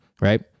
right